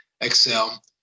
excel